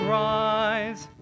rise